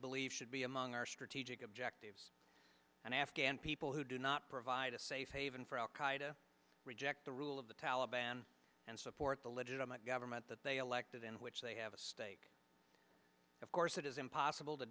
believe should be among our strategic objectives and afghan people who do not provide a safe haven for al qaida reject the rule of the taliban and support the legitimate government that they elected in which they have a stake of course it is impossible to